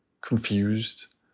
confused